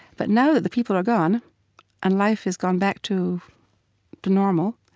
but now that the people are gone and life has gone back to to normal,